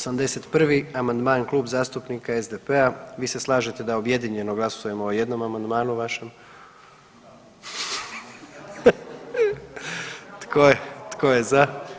81. amandman, Klub zastupnika SDP-a, vi se slažete da objedinjeno glasujemo o jednom amandmanu vašem? ... [[Upadica se ne čuje.]] Tko je za?